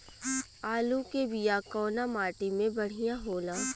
आलू के बिया कवना माटी मे बढ़ियां होला?